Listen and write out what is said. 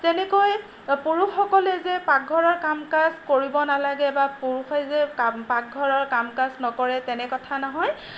তেনেকৈ পুৰুষসকলে যে পাকঘৰৰ কাম কাজ কৰিব নালাগে বা পুৰুষেই যে পাকঘৰৰ কাম কাজ নকৰে তেনে কথা নহয়